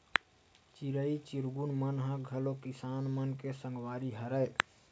चिरई चिरगुन मन ह घलो किसान मन के संगवारी हरय